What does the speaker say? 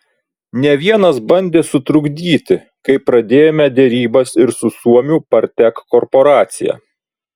ne vienas bandė sutrukdyti kai pradėjome derybas ir su suomių partek korporacija